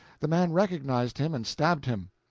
the man recognized him and stabbed him.